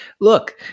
look